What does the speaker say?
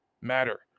matter